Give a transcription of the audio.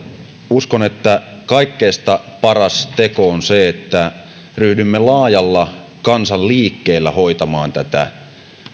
uskon että kaikista paras teko on se että ryhdymme laajalla kansanliikkeellä hoitamaan